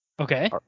Okay